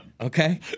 Okay